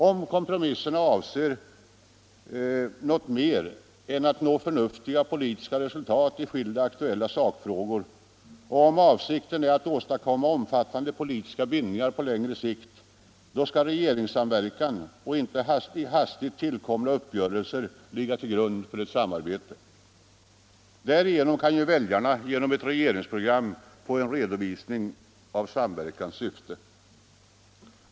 Om kompromisserna avser något mer än att nå förnuftiga politiska resultat i skilda aktuella sakfrågor — om avsikten är att åstadkomma omfattande politiska bindningar på längre sikt — då skall regeringssamverkan och inte hastigt tillkomna uppgörelser ligga till grund för ett samarbete. Därigenom kan väljarna genom ett regeringsprogram få en redovisning av samverkans syfte.